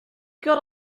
got